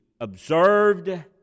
observed